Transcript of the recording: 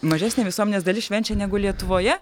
mažesnė visuomenės dalis švenčia negu lietuvoje